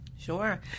Sure